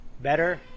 better